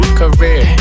career